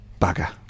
bugger